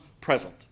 present